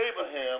Abraham